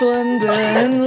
London